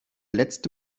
letzte